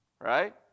Right